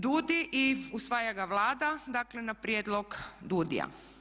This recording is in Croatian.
DUDI i usvaja ga Vlada, dakle na prijedlog DUDI-a.